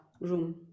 room